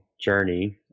journey